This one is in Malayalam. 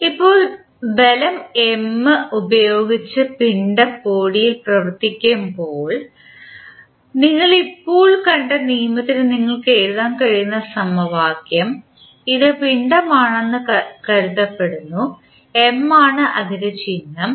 ഇപ്പോൾ ബലം M ഉപയോഗിച്ച് പിണ്ഡം ബോഡിയിൽ പ്രവർത്തിക്കുമ്പോൾ നിങ്ങൾ ഇപ്പോൾ കണ്ട നിയമത്തിന് നിങ്ങൾക്ക് എഴുതാൻ കഴിയുന്ന സമവാക്യം ഇത് പിണ്ഡമാണെന്ന് കരുതപ്പെടുന്നു M ആണ് അതിൻറെ ചിഹ്നം